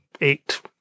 eight